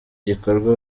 gikorwa